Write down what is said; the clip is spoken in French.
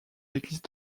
l’église